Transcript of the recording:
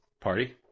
Party